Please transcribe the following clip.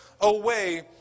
away